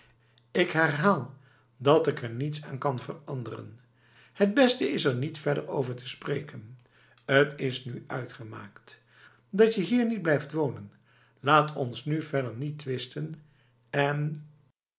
ik herhaal dat ik er niets aan kan veranderen het beste is er niet verder over te spreken t is nu uitgemaakt datje hier niet blijft wonen laat ons nu verder niet twisten en